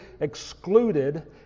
excluded